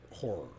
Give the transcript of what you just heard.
horror